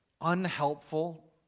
unhelpful